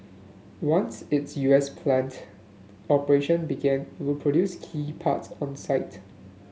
once its U S plant operation began it would produce key parts on site